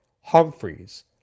Humphreys